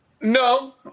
No